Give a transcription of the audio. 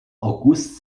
august